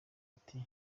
ati